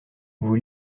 vous